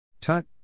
Tut